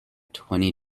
twenty